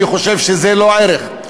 אני חושב שזה לא ערך.